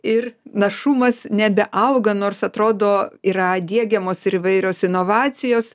ir našumas nebeauga nors atrodo yra diegiamos ir įvairios inovacijos